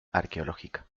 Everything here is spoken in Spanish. arqueológica